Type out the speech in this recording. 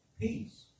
peace